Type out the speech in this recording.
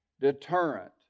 deterrent